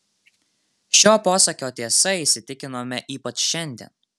šio posakio tiesa įsitikinome ypač šiandien